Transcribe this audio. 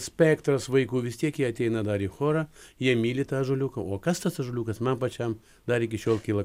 spektras vaikų vis tiek jie ateina dar į chorą jie myli tą ąžuoliuką o kas tas ąžuoliukas man pačiam dar iki šiol kyla